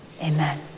Amen